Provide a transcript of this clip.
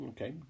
Okay